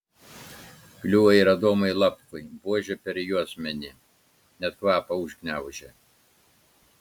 kliuvo ir adomui lapkui buože per juosmenį net kvapą užgniaužė